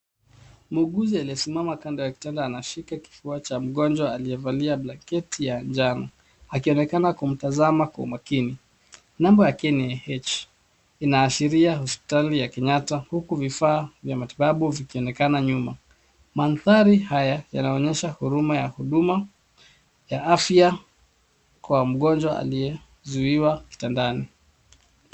Muuguzi aliyesimama kando ya kitanda, anashika kifua cha mgonjwa aliyevalia blanketi ya njano, akionekana kumtazama kwa umakini. Alama yake ni H, inaashiria hospitali ya Kenyatta huku vifaa vya matibabu vikionekana nyuma. Mandhari haya yanaonyesha huruma ya huduma ya afya kwa mgonjwa aliyezuiwa kitandani.